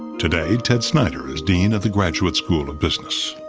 today, ted snyder is dean at the graduate school of business.